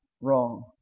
wrong